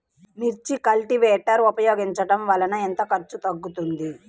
మిర్చి కల్టీవేటర్ ఉపయోగించటం వలన ఎంత ఖర్చు తగ్గుతుంది?